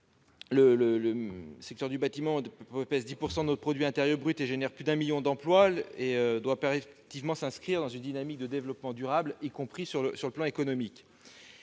Le secteur du bâtiment, qui pèse 10 % de notre produit intérieur brut et représente plus d'un million d'emplois, doit impérativement s'inscrire dans une dynamique de développement durable, y compris sur le plan économique.